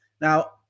Now